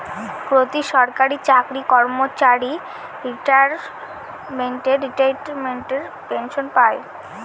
প্রতি সরকারি চাকরি কর্মচারী রিটাইরমেন্টের পর পেনসন পায়